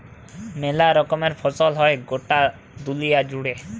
মেলা রকমের ফসল হ্যয় গটা দুলিয়া জুড়ে